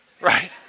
right